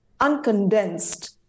uncondensed